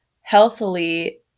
healthily